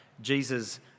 Jesus